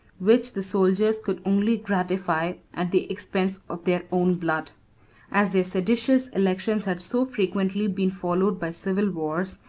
which the soldiers could only gratify at the expense of their own blood as their seditious elections had so frequently been followed by civil wars,